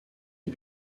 est